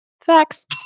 Facts